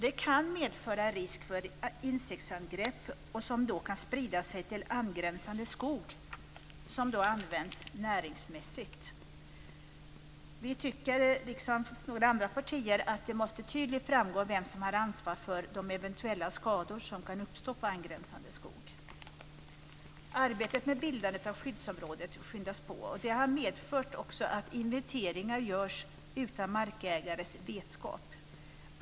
Det kan medföra risk för insektsangrepp. De kan sprida sig till angränsande skog som används näringsmässigt. Vi tycker, liksom några andra partier, att det tydligt måste framgå vem som har ansvar för de eventuella skador som kan uppstå på angränsande skog. Arbetet med bildandet av skyddsområden skyndas på. Det har medfört att inventeringar görs utan markägares vetskap.